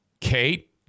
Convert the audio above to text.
Kate